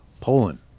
Poland